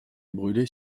brûlées